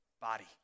body